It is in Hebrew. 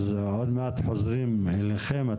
עוד מעט חוזרים אליכם,